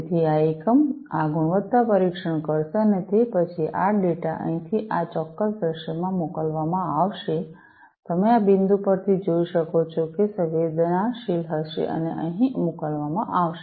તેથી આ એકમ આ ગુણવત્તા પરીક્ષણ કરશે અને તે પછી આ ડેટા અહીંથી આ ચોક્કસ દૃશ્યમાં મોકલવામાં આવશે તમે આ બિંદુ પરથી જોઈ શકો છો કે તે સંવેદનાશીલ હશે અને અહીં મોકલવામાં આવશે